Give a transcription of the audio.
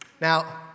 Now